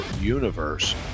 universe